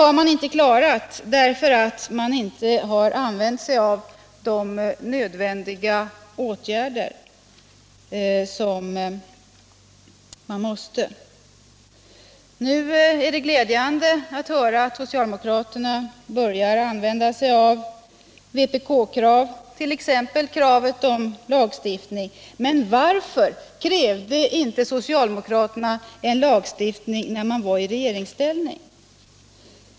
De har inte klarat den därför att de inte har vidtagit de nödvändiga åtgärderna. Men det är glädjande att höra att socialdemokraterna nu börjar tillgripa vpk-krav, t.ex. kravet på lagstiftning. Man undrar bara: Varför krävde inte socialdemokraterna en lagstiftning när de var i regeringsställning?